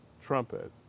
trumpet